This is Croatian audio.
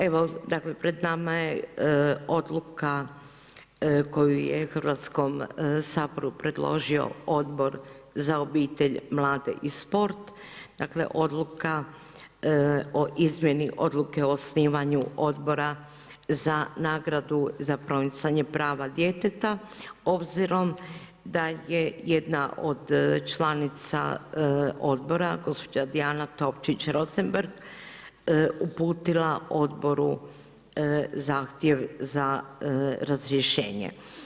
Evo, dakle pred nama je odluka koju je Hrvatskom saboru predložio Odbor za obitelju, mlade i sport, dakle Odluka o izmjeni Odluke o osnivanju Odbora za nagradu za promicanje prava djeteta, obzirom da je jedna od članica odbora gospođa Diana Topčić Rosenberg uputila odboru zahtjev za razrješenje.